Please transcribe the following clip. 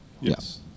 Yes